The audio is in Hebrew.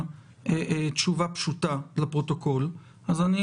התשובה הארוכה שאין לכם תשובה ברורה כרגע האם קיים מחסור ומה היקפו,